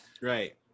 Right